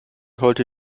heute